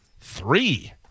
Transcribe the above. three